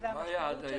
זאת המשמעות.